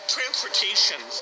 Transportation